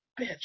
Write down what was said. bitch